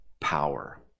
power